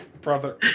brother